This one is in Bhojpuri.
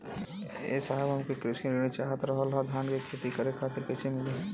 ए साहब हमके कृषि ऋण चाहत रहल ह धान क खेती करे खातिर कईसे मीली?